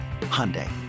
Hyundai